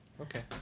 okay